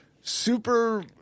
super